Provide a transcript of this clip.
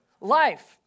Life